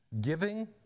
giving